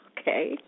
Okay